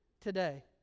today